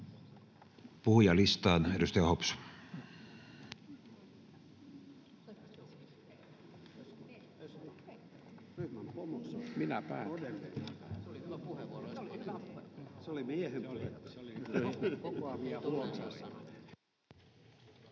Puhujalistaan. — Edustaja Hopsu.